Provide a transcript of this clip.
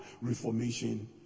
reformation